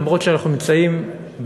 גם אם אנחנו נמצאים בפוליטיקה,